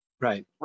right